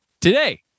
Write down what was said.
Today